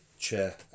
chair